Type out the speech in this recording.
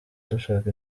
dushaka